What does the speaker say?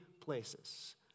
places